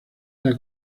era